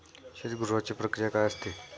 शीतगृहाची प्रक्रिया काय असते?